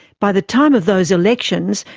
by the time of those elections,